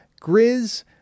Grizz